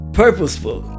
purposeful